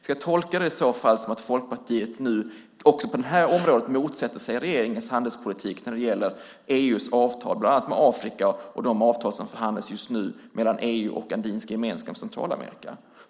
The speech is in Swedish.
Ska jag tolka det som att Folkpartiet nu också på det här området motsätter sig regeringens handelspolitik när det gäller EU:s avtal med bland annat Afrika och de avtal som just nu förhandlas mellan EU, Andinska gemenskapen och Centralamerika?